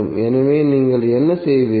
எனவே நீங்கள் என்ன செய்வீர்கள்